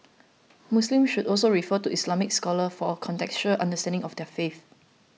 Muslims should also refer to Islamic scholars for a contextualised understanding of their faith